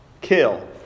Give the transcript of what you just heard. kill